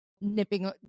nipping